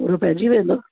पूरो पइजी वेंदो